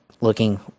looking